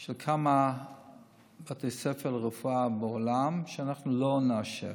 של כמה בתי ספר לרפואה בעולם שאנחנו לא נאשר,